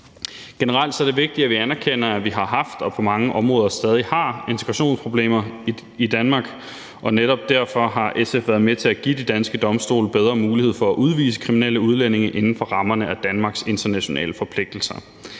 Generelt er det vigtigt, at vi anerkender, at vi har haft og på mange områder stadig har integrationsproblemer i Danmark, og netop derfor har SF været med til at give de danske domstole bedre mulighed for at udvise kriminelle udlændinge inden for rammerne af Danmarks internationale forpligtelser.